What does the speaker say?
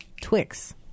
Twix